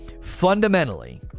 Fundamentally